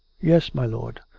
yes, my lord.